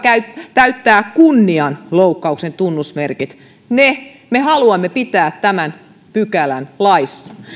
täyttää kunnianloukkauksen tunnusmerkit me haluamme pitää tämän pykälän laissa